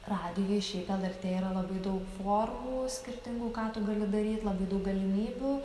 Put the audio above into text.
radijuj šiaip lrt yra labai daug formų skirtingų ką tu gali daryt labai daug galimybių